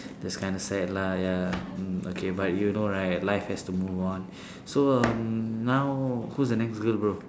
that's kind of sad lah ya mm okay but you know right life has to move on so um now who's the next girl bro